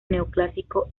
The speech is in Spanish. neoclásico